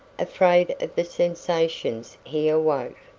afraid of the sensations he awoke,